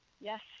Yes